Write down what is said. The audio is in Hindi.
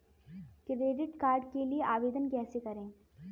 क्रेडिट कार्ड के लिए आवेदन कैसे करें?